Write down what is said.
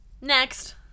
Next